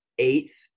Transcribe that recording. eighth